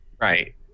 Right